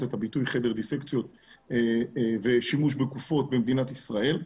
את הביטוי חדר דיסקציות ושימוש בגופות במדינת ישראל,